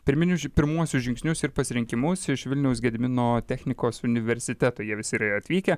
pirminius pirmuosius žingsnius ir pasirinkimus iš vilniaus gedimino technikos universiteto jie visi ir atvykę